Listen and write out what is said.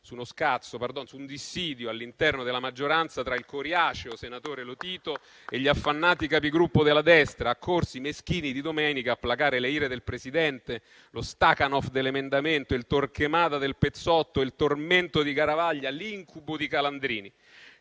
su un dissidio all'interno della maggioranza, tra il coriaceo senatore Lotito e gli affannati Capigruppo della destra, accorsi, meschini, di domenica a placare le ire del presidente, lo Stakanov dell'emendamento, il Torquemada del "pezzotto", il tormento di Garavaglia, l'incubo di Calandrini.